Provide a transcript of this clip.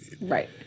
Right